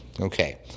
okay